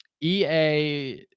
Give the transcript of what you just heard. ea